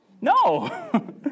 No